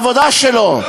מהעבודה שלו.